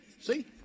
See